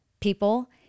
people